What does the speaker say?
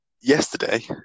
yesterday